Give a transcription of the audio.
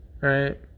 right